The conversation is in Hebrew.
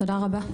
תודה רבה.